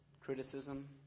criticism